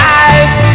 eyes